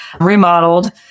remodeled